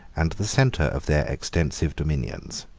and the centre of their extensive dominions.